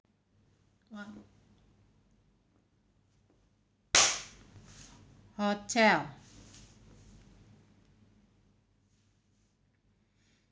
one hotel